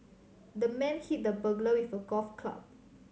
the man hit the burglar with a golf club